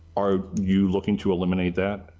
are you looking to eliminate that?